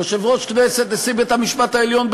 יושב-ראש הכנסת ונשיא בית-המשפט העליון,